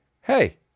hey